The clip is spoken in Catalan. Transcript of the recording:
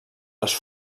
les